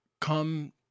come